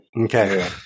Okay